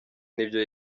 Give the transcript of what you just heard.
nibyo